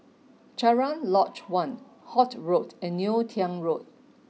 Cochrane Lodge One Holt Road and Neo Tiew Road